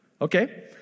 Okay